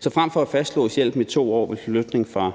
Så frem for at fastlåse hjælpen i 2 år ved flytning fra